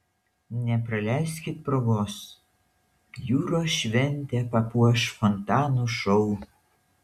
nepraleiskit progos jūros šventę papuoš fontanų šou